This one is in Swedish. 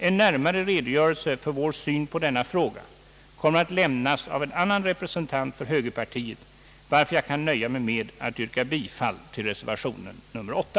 En närmare redogörelse för vår syn på denna fråga kom mer att lämnas av en annan representant för högerpartiet, varför jag kan nöja mig med att yrka bifall till reservation 8.